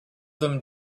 them